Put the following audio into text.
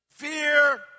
fear